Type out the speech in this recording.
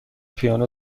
پیانو